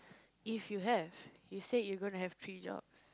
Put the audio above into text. if you have you said you gonna have three jobs